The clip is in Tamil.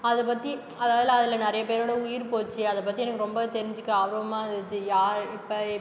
அதைப்பத்தி அதாவது அதில் நிறைய பேரோட உயிர் போச்சு அதைப்பத்தி எனக்கு ரொம்ப தெரிஞ்சிக்க ஆர்வமாக இருந்துச்சு யார் இப்போ